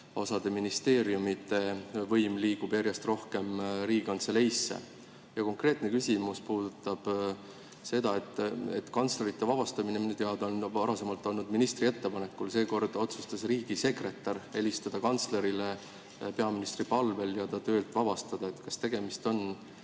osade ministeeriumide võim liigub järjest rohkem Riigikantseleisse. Konkreetne küsimus puudutab seda, et kantslerite vabastamine minu teada on varem olnud ministri ettepanekul. Seekord otsustas riigisekretär helistada kantslerile peaministri palvel ja ta töölt vabastada. Kas tegemist on